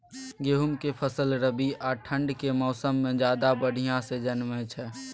गेहूं के फसल रबी आ ठंड के मौसम में ज्यादा बढ़िया से जन्में छै?